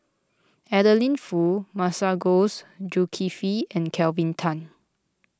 Adeline Foo Masagos Zulkifli and Kelvin Tan